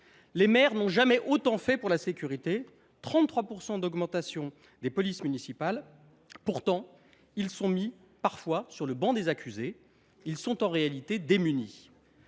Les maires n’ont jamais autant fait pour la sécurité, avec 33 % d’augmentation des polices municipales. Pourtant, ils sont parfois mis au banc des accusés. En réalité, ils